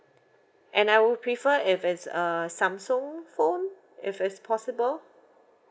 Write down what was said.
and I would prefer if it's err samsung phone if it's possible